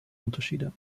unterschiede